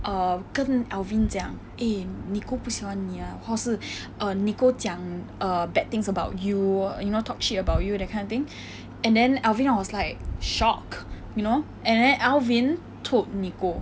err 跟 alvin 讲 eh nicole 不喜欢你啊或是 nicole 讲 err bad things about you you know talk shit about you that kind of thing and then alvin was like shocked you know and then alvin told nicole